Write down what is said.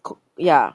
ya